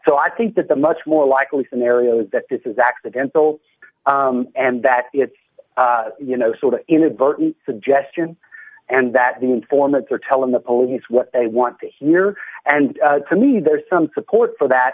so i think that the much more likely scenario is that this is accidental and that it's you know sort of inadvertent suggestion and that the informants are telling the police what they want to hear and to me there's some support for that